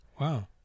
Wow